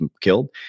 killed